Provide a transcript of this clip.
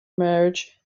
marriage